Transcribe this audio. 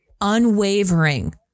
unwavering